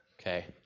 Okay